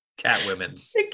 catwomen's